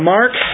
Mark